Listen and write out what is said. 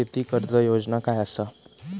शेती कर्ज योजना काय असा?